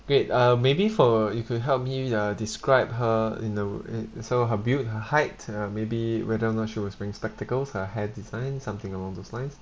great uh maybe for you could help me uh describe her in the w~ in uh so her build her height uh maybe whether or not she was wearing spectacles her hair design something along those lines